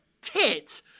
tit